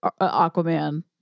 Aquaman